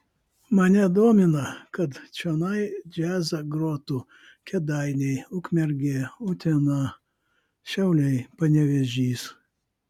mane domina kad čionai džiazą grotų kėdainiai ukmergė utena šiauliai panevėžys